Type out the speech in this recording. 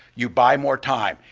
you buy more time.